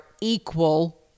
equal